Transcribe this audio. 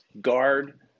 guard